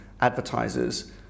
advertisers